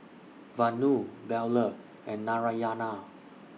Vanu Bellur and Narayana